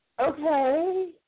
okay